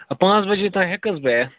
پانٛژھ بَجے تام ہیٚکہٕ حظ بہٕ یِتھ